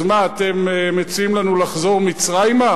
אז מה, אתם מציעים לנו לחזור מצרימה?